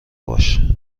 باش